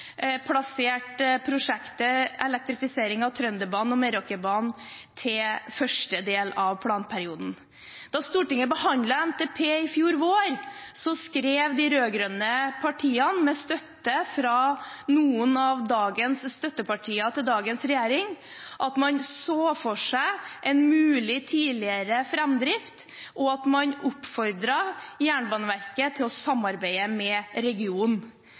prosjektet elektrifisering av Trønderbanen og Meråkerbanen til første del av planperioden. Da Stortinget behandlet NTP i fjor vår, skrev de rød-grønne partiene, med støtte fra noen av støttepartiene til dagens regjering, at man så for seg en mulig, tidligere framdrift, og at man oppfordret Jernbaneverket til å samarbeide med regionen.